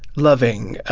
loving.